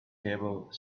table